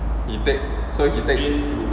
he take so he take